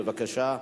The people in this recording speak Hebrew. בבקשה,